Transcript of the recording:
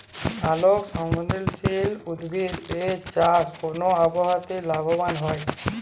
আলোক সংবেদশীল উদ্ভিদ এর চাষ কোন আবহাওয়াতে লাভবান হয়?